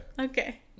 Okay